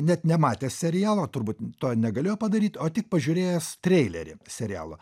net nematęs serialo turbūt to negalėjo padaryt o tik pažiūrėjęs treilerį serialo